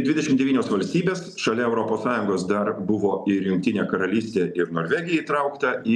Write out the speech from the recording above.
dvidešim devynios valstybės šalia europos sąjungos dar buvo ir jungtinė karalystė ir norvegija įtraukta į